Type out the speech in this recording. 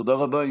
תודה רבה.